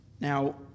Now